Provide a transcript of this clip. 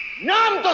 not